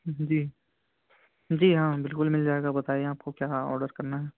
جی جی ہاں بالکل مل جائے گا بتائیے آپ کو کیا آڈر کرنا ہے